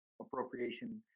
appropriation